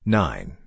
nine